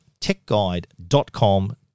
Techguide.com